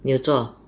你有做 ah